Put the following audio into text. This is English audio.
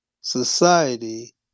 society